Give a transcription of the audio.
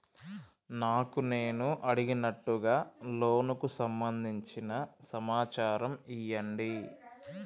నాకు నేను అడిగినట్టుగా లోనుకు సంబందించిన సమాచారం ఇయ్యండి?